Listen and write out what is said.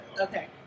Okay